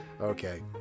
Okay